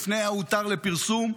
לפני ה"הותר לפרסום",